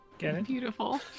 Beautiful